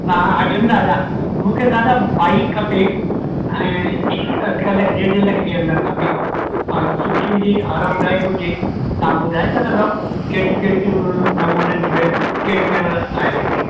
हा अर्जुन दादा मूंखे दादा बाइक खपे ऐं हिकु ॾेढु लख जे अंदरु खपे ऐं सुठी हुजे आरामदाइकु हुजे तव्हां ॿुधाए सघंदो कहिड़ी कहिड़ी नमूननि जूं आहिनि कहिड़े कहिड़ा आहिनि